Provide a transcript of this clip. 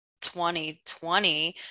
2020